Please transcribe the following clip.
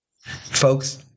folks